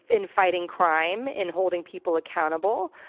in fighting crime, in holding people accountable,